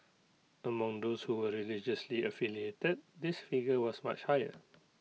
among those who were religiously affiliated this figure was much higher